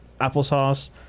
applesauce